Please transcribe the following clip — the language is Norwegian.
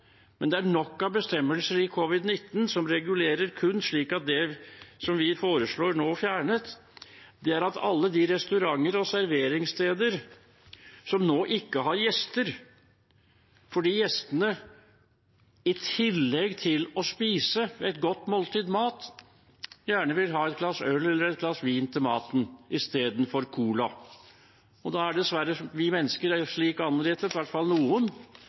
men det er det nok av bestemmelser i covid-19-forskriften som regulerer. Det vi nå foreslår fjernet, gjelder kun alle de restauranter og serveringssteder som nå ikke har gjester fordi gjestene i tillegg til å spise et godt måltid mat, gjerne vil ha et glass øl eller vin til maten, i stedet for Cola. Dessverre er vi mennesker slik innrettet, i hvert fall noen,